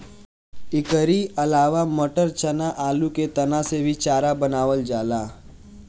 एकरी अलावा मटर, चना, आलू के तना से भी चारा बनावल जाला